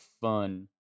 fun